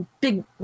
big